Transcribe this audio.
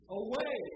away